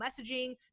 messaging